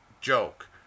joke